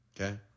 Okay